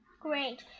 Great